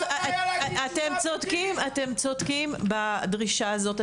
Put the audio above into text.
אתם צודקים בדרישה הזאת.